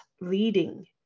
leading